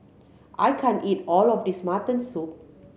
I can't eat all of this mutton soup